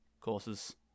courses